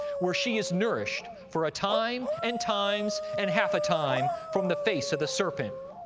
where she is nourished for a time, and times, and half a time, from the face of the serpent.